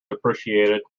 appreciated